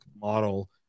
model